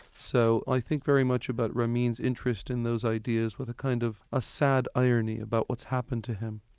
so i think very much about ramin's interest in those ideas with a kind of ah sad irony about what's happened to him.